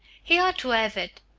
he ought to have it.